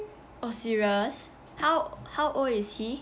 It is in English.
oh serious how how old is he